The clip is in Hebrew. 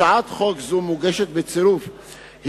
הצעת חוק זו מוגשת בצירוף הסתייגויות.